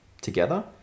together